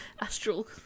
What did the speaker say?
astral